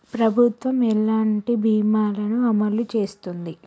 ప్రభుత్వం ఎలాంటి బీమా ల ను అమలు చేస్తుంది?